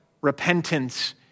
repentance